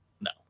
no